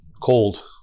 Cold